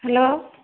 hello